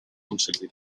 conseguì